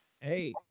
Hey